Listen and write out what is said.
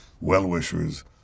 well-wishers